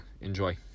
enjoy